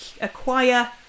acquire